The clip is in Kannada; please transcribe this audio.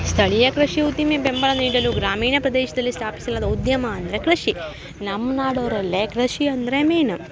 ಸ್ಥಳೀಯ ಕೃಷಿ ಉದ್ದಿಮೆ ಬೆಂಬಲ ನೀಡಲು ಗ್ರಾಮೀಣ ಪ್ರದೇಶದಲ್ಲಿ ಸ್ಥಾಪಿಸಲಾದ ಉದ್ಯಮ ಅಂದರೆ ಕೃಷಿ ನಮ್ಮ ನಾಡವ್ರಲ್ಲಿ ಕೃಷಿ ಅಂದರೆ ಮೀನು